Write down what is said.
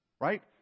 right